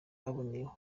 baboneyeho